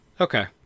Okay